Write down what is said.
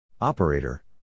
Operator